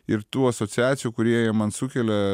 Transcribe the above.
ir tų asociacijų kurie jie man sukelia